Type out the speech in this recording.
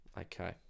Okay